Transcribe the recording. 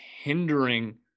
hindering